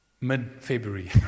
mid-February